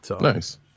Nice